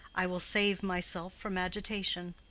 i will save myself from agitation.